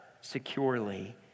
securely